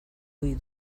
ohi